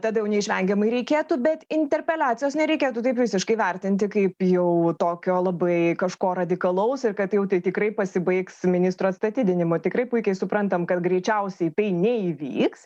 tada neišvengiamai reikėtų bet interpeliacijos nereikėtų taip visiškai vertinti kaip jau tokio labai kažko radikalaus ir kad jau tai tikrai pasibaigs ministro atstatydinimu tikrai puikiai suprantam kad greičiausiai tai neįvyks